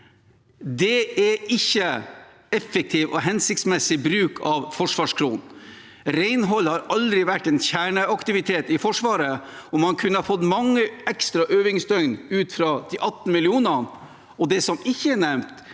Det er ikke effektiv og hensiktsmessig bruk av forsvarskronene. Renhold har aldri vært en kjerneaktivitet i Forsvaret, og man kunne ha fått mange ekstra øvingsdøgn ut av de 18 millionene. Det som ikke er nevnt,